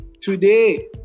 today